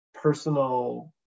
personal